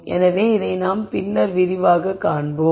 எனவே இதை நாம் பின்னர் விரிவாகக் காண்போம்